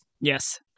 Yes